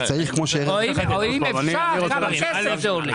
או אם אפשר כמה כסף זה עולה?